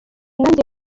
nanjye